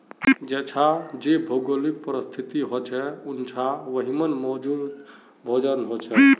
जेछां जे भौगोलिक परिस्तिथि होछे उछां वहिमन भोजन मौजूद होचे